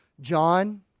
John